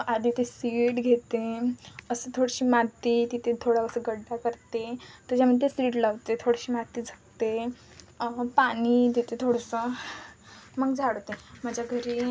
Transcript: आधी ते सीड घेते असं थोडीशी माती तिथे थोडंसं गड्डा करते त्याच्यामध्ये सीड लावते थोडीशी माती झाकते पाणी तिथे थोडंसं मग झाडते माझ्या घरी